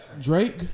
Drake